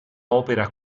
opera